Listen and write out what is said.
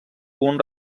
uns